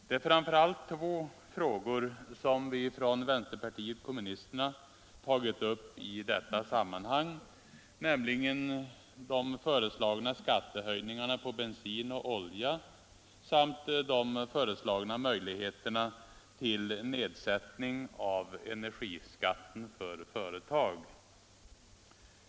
Det är framför allt två frågor, som vi från vänsterpartiet kommunisterna har tagit upp i detta sammanhang, nämligen de föreslagna skattehöjningarna på bensin och olja samt de föreslagna möjligheterna till nedsättning av energiskatten för företag.